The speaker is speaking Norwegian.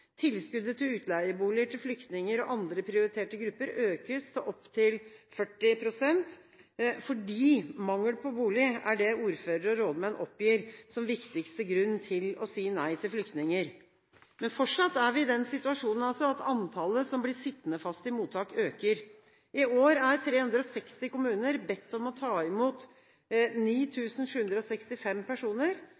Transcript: Tilskuddet til utleieboliger til flyktninger og andre prioriterte grupper økes med inntil 40 pst., fordi mangel på bolig er det ordførere og rådmenn oppgir som viktigste grunnen til å si nei til flyktninger. Men fortsatt er vi i den situasjonen at antallet som blir sittende fast i mottak, øker. I år er 360 kommuner bedt om å ta imot